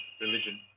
religion